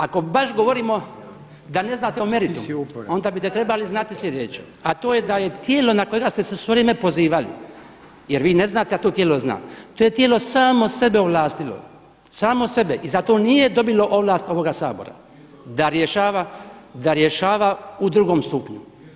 Ako baš govorimo da ne znate o meritumu, onda biste trebali znati sljedeće, a to je da je tijelo na kojega ste se sve vrijeme pozivali jer vi ne znate, a to tijelo zna, to je tijelo samo sebe ovlastilo, samo sebe i zato nije dobilo ovlast ovoga Sabora da rješava u drugom stupnju.